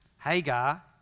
Hagar